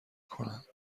کنند